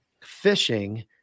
fishing